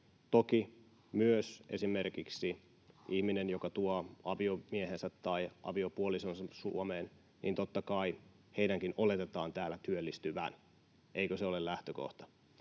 kai myös esimerkiksi, jos ihminen tuo aviomiehensä tai aviopuolisonsa Suomeen, heidänkin oletetaan täällä työllistyvän. Eikö se ole lähtökohta?